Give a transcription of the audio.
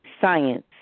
science